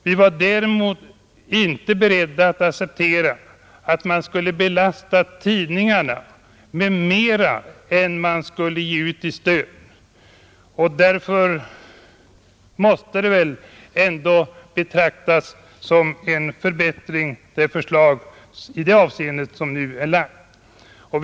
Vi var däremot inte beredda att acceptera att man skulle belasta tidningarna med mera än man skulle ge ut i stöd, och därför måste väl ändå det förslag som nu är framlagt betraktas som en förbättring i det avseendet.